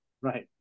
Right